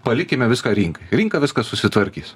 palikime viską rinkai rinka viskas susitvarkys